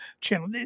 channel